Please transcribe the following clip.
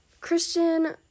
Christian